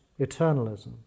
eternalism